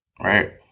right